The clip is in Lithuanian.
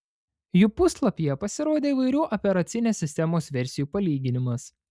jų puslapyje pasirodė įvairių operacinės sistemos versijų palyginimas